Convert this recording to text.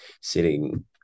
sitting